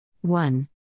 one